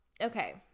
okay